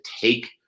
take